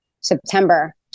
September